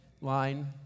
line